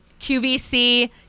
QVC